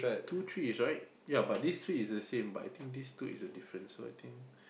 two trees right yea but this tree is the same but I think this two is the differences so I think